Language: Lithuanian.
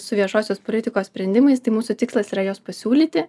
su viešosios politikos sprendimais tai mūsų tikslas yra juos pasiūlyti